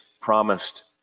promised